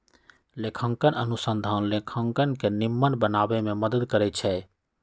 लेखांकन अनुसंधान लेखांकन के निम्मन बनाबे में मदद करइ छै